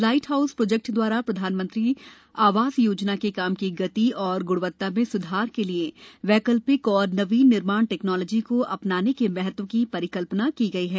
light house project द्वारा प्रधानमंत्री आवास योजना के काम की गति और ग्णवत्ता में स्धार के लिए वैकल्पिक और नवीन निर्माण टेक्नोलॉजी को अपनाने के महत्व की परिकल्पना की गई है